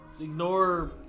ignore